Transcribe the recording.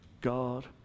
God